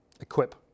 Equip